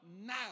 now